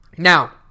Now